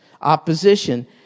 opposition